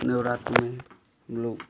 नवरात्र में हम लोग